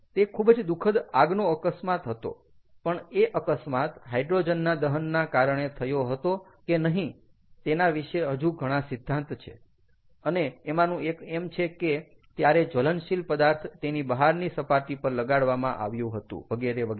તે ખૂબ જ દુઃખદ આગનો અકસ્માત હતો પણ એ અકસ્માત હાઈડ્રોજનના દહનના કારણે થયો હતો કે નહીં તેના વિશે હજુ ઘણા સિદ્ધાંત છે અને એમાંનું એક એમ છે કે ત્યારે જ્વલનશીલ પદાર્થ તેની બહારની સપાટી પર લગાડવામાં આવ્યું હતું વગેરે વગેરે